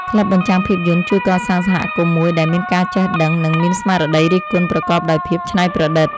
ក្លឹបបញ្ចាំងភាពយន្តជួយកសាងសហគមន៍មួយដែលមានការចេះដឹង និងមានស្មារតីរិះគន់ប្រកបដោយភាពច្នៃប្រឌិត។